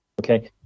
okay